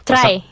Try